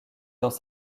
dans